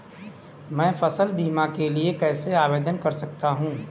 मैं फसल बीमा के लिए कैसे आवेदन कर सकता हूँ?